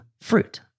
fruit